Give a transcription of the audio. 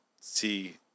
see